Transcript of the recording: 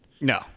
No